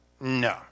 no